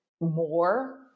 more